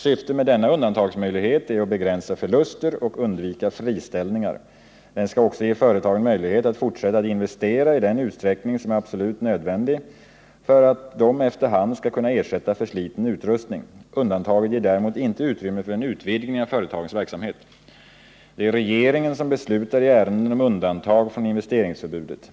Syftet med denna undantagsmöjlighet är att begränsa förluster och undvika friställningar. Den skall också ge företagen möjlighet att fortsätta att investera i den utsträckning som är absolut nödvändig för att de efter hand skall kunna ersätta försliten utrustning. Undantaget ger däremot inte utrymme för en utvidgning av företagens verksamhet. Det är regeringen som beslutar i ärenden om undantag från investeringsförbudet.